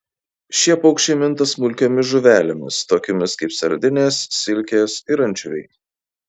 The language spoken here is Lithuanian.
šie paukščiai minta smulkiomis žuvelėmis tokiomis kaip sardinės silkės ir ančiuviai